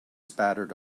spattered